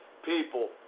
people